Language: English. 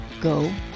Go